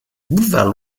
boulevard